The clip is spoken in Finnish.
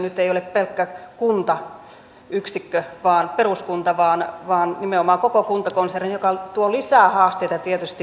nyt ei ole yksikkönä pelkkä kunta peruskunta vaan nimenomaan koko kuntakonserni mikä tuo lisää haasteita tietysti kuntapäättäjille